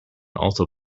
also